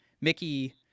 Mickey